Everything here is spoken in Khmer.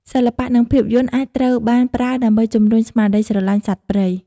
សិល្បៈ និងភាពយន្តអាចត្រូវបានប្រើដើម្បីជម្រុញស្មារតីស្រឡាញ់សត្វព្រៃ។